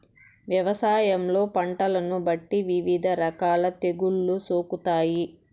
వ్యవసాయంలో పంటలను బట్టి వివిధ రకాల తెగుళ్ళు సోకుతాయి